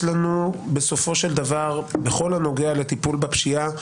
בסופו של דבר בכל הנוגע לטיפול בפשיעה,